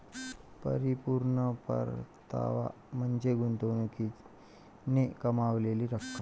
परिपूर्ण परतावा म्हणजे गुंतवणुकीने कमावलेली रक्कम